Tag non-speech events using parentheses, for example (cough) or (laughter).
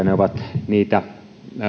(unintelligible) ne ovat niitä